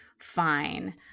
fine